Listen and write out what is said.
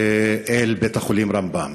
אל בית-החולים רמב"ם.